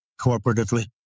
cooperatively